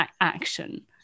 action